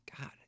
God